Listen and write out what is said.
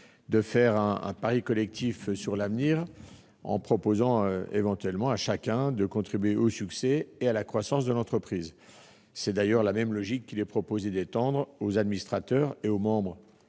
de faire un pari collectif sur l'avenir, en proposant à chacun de contribuer au succès et à la croissance de l'entreprise. C'est d'ailleurs la même logique qu'il est proposé d'étendre aux administrateurs et aux membres